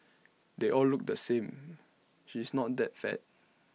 they all look the same she's not that fat